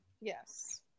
yes